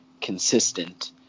consistent